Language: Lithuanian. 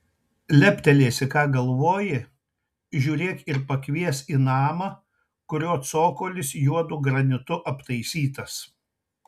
leptelėsi ką galvoji žiūrėk ir pakvies į namą kurio cokolis juodu granitu aptaisytas